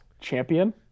champion